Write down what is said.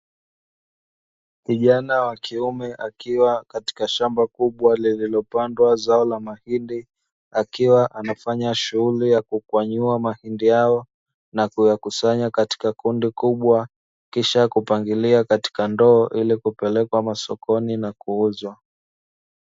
Kijana wa kiume akiwa katika shamba kubwa lililopandwa zao la mahindi, akiwa anafanya shughuli ya kukwanyua mahindi hayo na kuyakusanya katika kundi kubwa kisha kupangilia katika ndoo ili kupelekwa masokoni na kuuzwa.